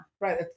Right